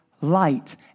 light